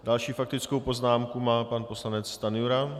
Další faktickou poznámku má pan poslanec Stanjura.